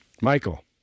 Michael